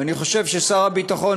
ואני חושב ששר הביטחון,